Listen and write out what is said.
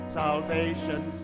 salvation